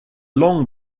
long